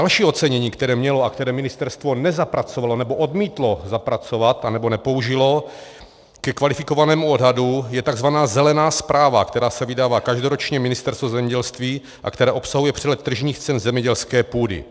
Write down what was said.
Další ocenění, které mělo a které ministerstvo nezapracovalo nebo odmítlo zapracovat anebo nepoužilo ke kvalifikovanému odhadu, je tzv. zelená zpráva, která se vydává každoročně Ministerstvem zemědělství a která obsahuje přehled tržních cen zemědělské půdy.